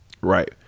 Right